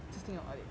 just think about it